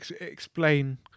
explain